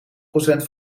procent